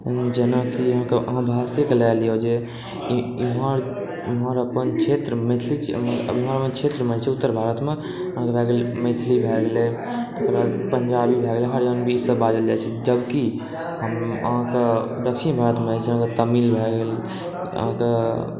जेना कि अहाँ भाषेके लऽ लियो जे एमहर एमहर अपन क्षेत्र मैथिली एमहर अपन क्षेत्रमे छी उत्तर भारतमे अहाँके भए गेल मैथिली भए गेलै तकरबाद पंजाबी भए गेलै हरियाणवी इसब बाजल जाइ छै जब कि अहाँके दक्षिण भारतमे अछि अहाँके तमिल भए गेल अहाँके